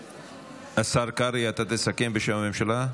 השר קרעי, אתה תסכם בשם הממשלה?